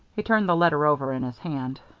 he turned the letter over in his hand.